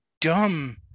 dumb